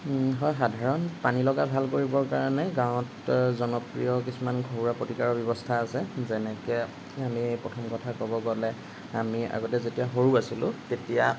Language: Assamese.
হয় সাধাৰণ পানীলগা ভাল কৰিবৰ কাৰণে গাঁৱত জনপ্ৰিয় কিছুমান ঘৰুৱা প্ৰতিকাৰৰ ব্যৱস্থা আছে যেনেকে আমি প্ৰথম কথা ক'ব গ'লে আমি আগতে যেতিয়া সৰু আছিলোঁ তেতিয়া